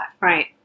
Right